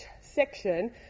section